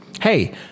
Hey